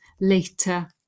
later